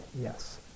yes